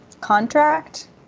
contract